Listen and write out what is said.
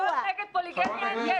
בין זה לבין פוליגמיה אין קשר.